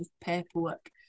paperwork